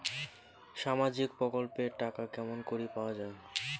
সামাজিক প্রকল্পের টাকা কেমন করি পাওয়া যায়?